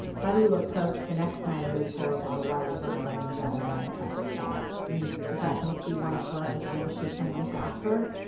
how do you approach the next time you pull over a white volkswagen jetta and a traffic stop? i mean, does that make you want to pull out your gun and shoot someone faster?